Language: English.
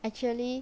actually